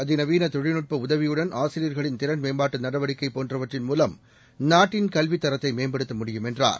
அதிநவீனதொழில்நுட்பஉதவியுடன் பல்துறைஆராய்ச்சிகள் ஆசிரியர்களின் திறன்மேம்பாட்டுநடவடிக்கைபோன்றவற்றின் மூவம் நாட்டின் கல்வித் தரத்தைதமேம்படுத்த முடியும் என்றார்